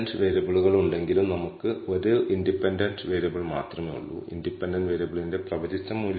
അതിനാൽ ആ മാറ്റങ്ങൾ നിങ്ങൾ മുകളിലും താഴെയുമുള്ള ക്രിട്ടിക്കൽ വാല്യു തിരഞ്ഞെടുക്കേണ്ട t ഡിസ്ട്രിബ്യൂഷന്റെ ഫ്രീഡത്തിന്റെ അളവാണ്